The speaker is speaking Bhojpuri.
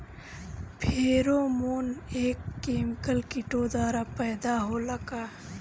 फेरोमोन एक केमिकल किटो द्वारा पैदा होला का?